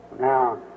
Now